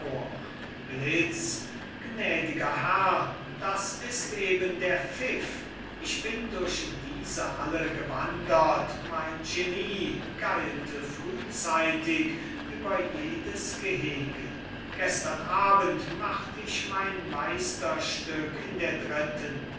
blitz gnädiger herr das ist eben der pfiff ich bin durch diese alle gewandert mein genie geilte frühzeitig über jedes gehege gestern abend macht ich mein meisterstück in der dritten